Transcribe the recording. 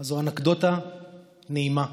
אז זו אנקדוטה נעימה.